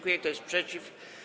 Kto jest przeciw?